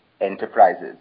enterprises